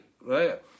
right